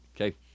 Okay